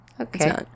okay